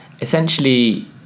Essentially